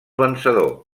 vencedor